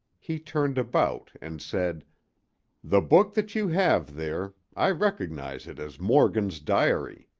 he turned about and said the book that you have there i recognize it as morgan's diary.